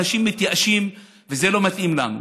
אנשים מתייאשים, וזה לא מתאים לנו.